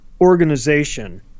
organization